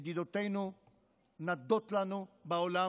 ידידותינו נדות לנו בעולם,